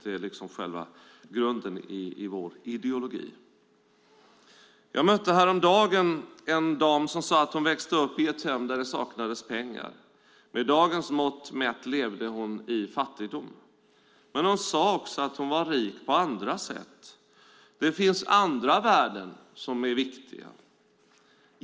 Det är själva grunden i vår ideologi. Jag mötte häromdagen en dam som sa att hon växte upp i ett hem där de saknades pengar. Med dagens mått mätt levde hon i fattigdom. Men hon sade att hon var rik på andra sätt. Det finns andra värden som är viktiga.